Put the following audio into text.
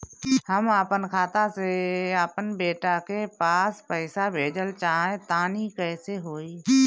हम आपन खाता से आपन बेटा के पास पईसा भेजल चाह तानि कइसे होई?